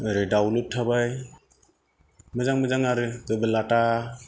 ओरै दाउलुर थाबाय मोजां मोजां आरो गोबोलाता